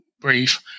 brief